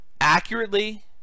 accurately